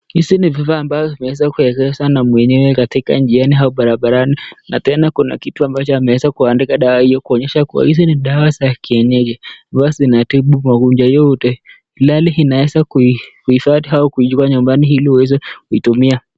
Hivi ni vifaa ambavyo vimeweza kuwekwa na mwenyewe katika njiani au barabarani na tena kuna kitu ambacho ameweza kuandika dawa hio kuonyesha kuwa hizi ni dawa za kienyeji. Huwa zinatibu magonjwa yote ilhali unaweza kuhifadhi au kuchukua nyumbani ili uweze kuitumia.